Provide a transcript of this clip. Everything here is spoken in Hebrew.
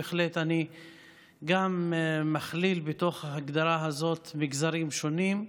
בהחלט אני מכליל בהגדרה הזאת מגזרים שונים: